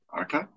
okay